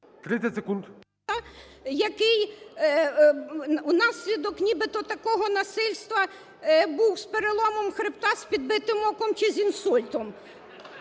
який внаслідок нібито такого насильства був з переломом хребта, з підбитим оком чи з інсультом.